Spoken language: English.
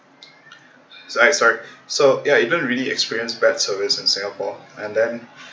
ah sorry so ya it didn't really experience bad service in singapore and then